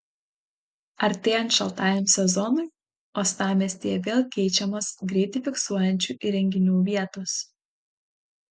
artėjant šaltajam sezonui uostamiestyje vėl keičiamos greitį fiksuojančių įrenginių vietos